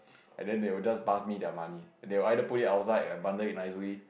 and they will just pass me their money they will either put it outside or abundant it nicely